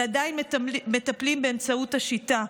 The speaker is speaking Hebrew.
ועדיין מטפלים באמצעות השיטה.